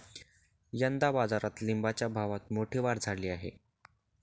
यंदा बाजारात लिंबाच्या भावात मोठी वाढ झाली आहे